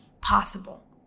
possible